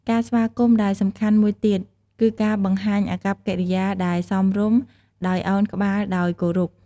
ការស្វាគមន៍ដែលសំខាន់មួយទៀត គឺការបង្ហាញអាកប្បកិរិយាដែលសមរម្យ ដោយឱនក្បាលដោយគោរព។